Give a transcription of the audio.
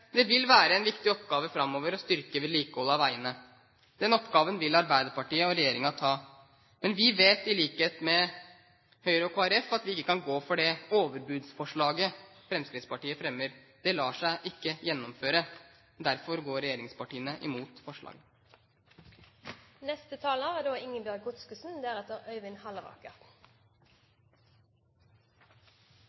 Det vil være en viktig oppgave framover å styrke vedlikeholdet av veiene. Den oppgaven vil Arbeiderpartiet og regjeringen ta. Men vi vet, i likhet med Høyre og Kristelig Folkeparti, at vi ikke kan gå for det overbudsforslaget Fremskrittspartiet fremmer. Det lar seg ikke gjennomføre. Derfor går regjeringspartiene imot forslaget.